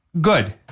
good